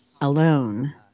alone